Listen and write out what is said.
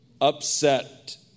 upset